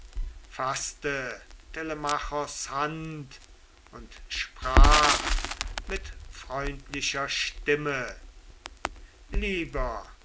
faßte telemachos hand und sprach mit freundlicher stimme lieber